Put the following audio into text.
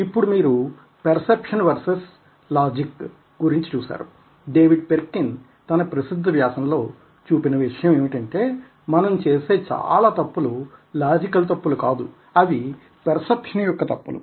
ఇప్పుడు మీరు perception versus logic గురించి చూసారు డేవిడ్ పెర్కిన్ తన ప్రసిద్ద వ్యాసంలో చూపిన విషయం ఏమిటంటే మనం చేసే చాలా తప్పులు లాజికల్ తప్పులు కాదు అవి పెర్సెప్షన్ యొక్క తప్పులు